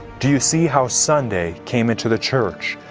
do you see how sunday came into the church?